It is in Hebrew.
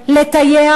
לטייח,